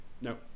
No